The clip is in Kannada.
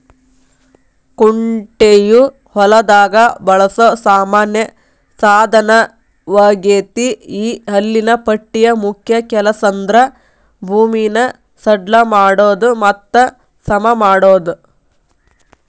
ಕುಂಟೆಯು ಹೊಲದಾಗ ಬಳಸೋ ಸಾಮಾನ್ಯ ಸಾದನವಗೇತಿ ಈ ಹಲ್ಲಿನ ಪಟ್ಟಿಯ ಮುಖ್ಯ ಕೆಲಸಂದ್ರ ಭೂಮಿನ ಸಡ್ಲ ಮಾಡೋದು ಮತ್ತ ಸಮಮಾಡೋದು